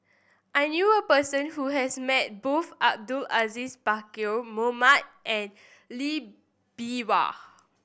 I knew a person who has met both Abdul Aziz Pakkeer Mohamed and Lee Bee Wah